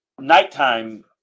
nighttime